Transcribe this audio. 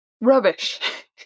Rubbish